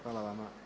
Hvala vama.